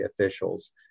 officials